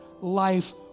life